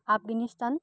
Afghanistan